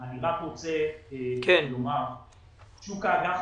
אני רק רוצה לומר ששוק האג"ח